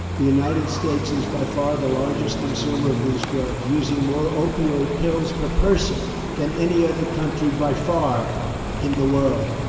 the united states is by far the largest consumer of these drugs, using more opioid pills per person than any other country by far in the world.